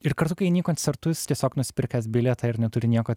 ir kartu kai eini į koncertus tiesiog nusipirkęs bilietą ir neturi nieko